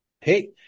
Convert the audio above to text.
Hey